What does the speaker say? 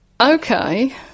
Okay